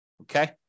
Okay